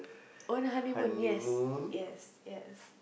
on a honeymoon yes yes yes